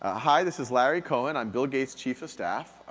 ah hi, this is larry cohen, i'm bill gates' chief of staff,